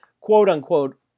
quote-unquote